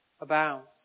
abounds